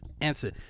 Answer